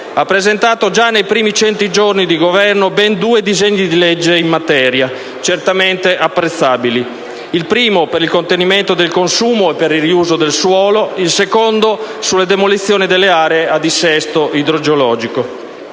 presentato già nei primi cento giorni di Governo ben due disegni di legge in materia, certamente apprezzabili, il primo per il contenimento del consumo e per il riuso del suolo, il secondo sulle demolizioni nelle aree a dissesto idrogeologico: